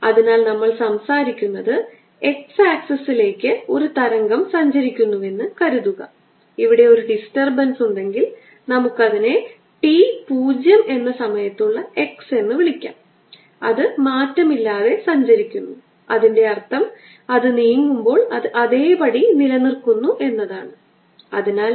അതിനാൽ ഓവർലാപ്പിംഗ് മേഖലയിൽ E field എങ്ങനെ കാണപ്പെടുന്നുവെന്ന് ഞാൻ കാണിച്ചുതരാം പോസിറ്റീവ് ചാർജ് കാരണം E 1 മൂലമുള്ള ഇലക്ട്രിക് ഫീൽഡ് ഏത് സമയത്തും വെക്റ്ററിനൊപ്പം ആയിരിക്കും ഇത് ഇതുപോലെ റേഡിയൽ ഔട്ട് ആക്കട്ടെ